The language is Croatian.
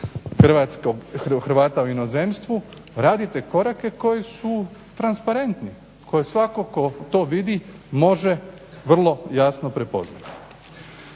Hrvata u inozemstvu radite korake koji su transparentni, koje svatko tko to vidi može vrlo jasno prepoznati.